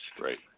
Right